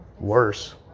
worse